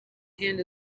hand